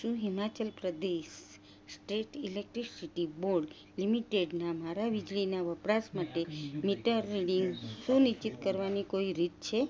શું Himachal Pradesh state electricity board લિમિટેડનાં મારા વીજળીનાં વપરાશ માટે મીટર રીડિંગ સુનિશ્ચિત કરવાની કોઈ રીત છે